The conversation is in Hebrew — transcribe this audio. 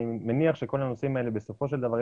אני מניח שכל הנושאים האלה בסופו של דבר,